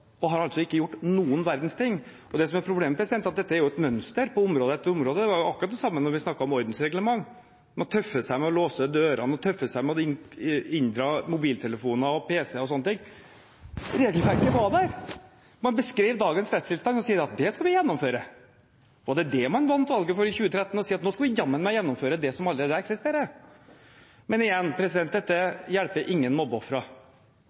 og har altså ikke gjort noen verdens ting. Det som er problemet, er at dette er et mønster på område etter område. Det var akkurat det samme da vi snakket om ordensreglement. Man tøffer seg med å låse dørene og tøffer seg med å inndra mobiltelefoner og pc-er osv. Regelverket var der. Man beskrev dagens rettstilstand og sa at det skal vi gjennomføre. Var det det man vant valget på i 2013, å si at nå skal vi jammen meg gjennomføre det som allerede eksisterer? Igjen: Dette hjelper ingen mobbeofre.